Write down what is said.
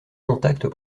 contact